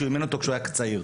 שמימן אותו כשהוא היה צריך.